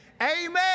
Amen